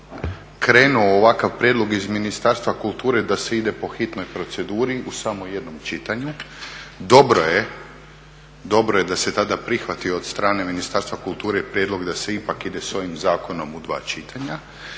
krenuo ovakav prijedlog iz Ministarstva kulture da se ide po hitnoj proceduri u samo jednom čitanju. Dobro je da se tada prihvatio od strane Ministarstva kulture prijedlog da se ipak ide s ovim zakonom u dva čitanja